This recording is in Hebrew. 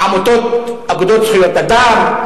אגודות זכויות אדם,